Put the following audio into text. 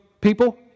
people